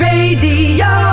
Radio